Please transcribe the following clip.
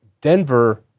Denver